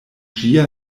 ĝia